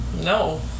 no